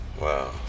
Wow